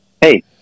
Hey